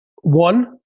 One